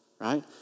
right